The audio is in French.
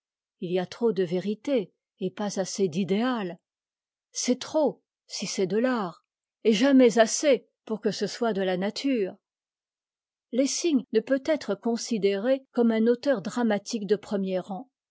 il y a trop de vérité et pas assez d'idéal c'est trop si c'est de l'art et jamais assez pour que ce soit de la nature lessing ne peut être considéré comme un auteur dramatique du premier rang